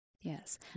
Yes